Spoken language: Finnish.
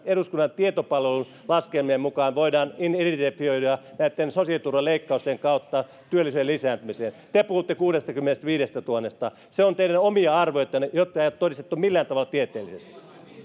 eduskunnan tietopalvelun laskelmien mukaan voidaan identifioida sosiaaliturvan leikkausten kautta työllisyyden lisääntymiseen te puhutte kuudestakymmenestäviidestätuhannesta se on teidän omia arvioitanne joita ei ole todistettu millään tavalla tieteellisesti